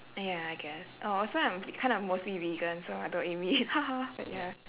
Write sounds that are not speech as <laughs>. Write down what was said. eh ya I guess oh also I'm k~ kind of mostly vegan so I don't eat meat <laughs> but ya